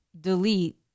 delete